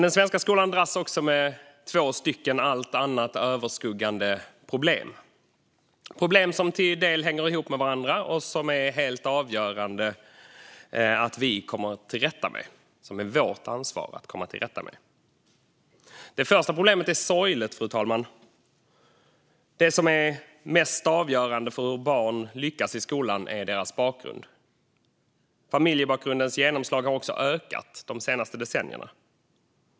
Den svenska skolan dras dock med två allt annat överskuggande problem. Det är problem som till viss del hänger ihop med varandra och som det är helt avgörande att vi kommer till rätta med. Det är vårt ansvar att komma till rätta med dem. Det första problemet är sorgligt, fru talman: Det som är mest avgörande för hur barn lyckas i skolan är deras bakgrund. Familjebakgrundens genomslag har också ökat de senaste decennierna.